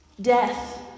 Death